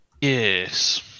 Yes